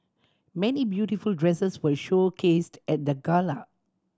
many beautiful dresses were showcased at the gala